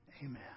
Amen